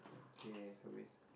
okay so it's